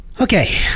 Okay